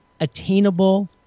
attainable